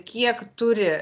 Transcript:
kiek turi